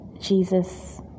Jesus